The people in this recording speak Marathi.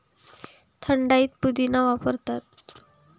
थंडाईतही पुदिना वापरला जातो